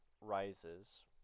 rises